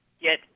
get